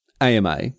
AMA